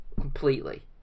completely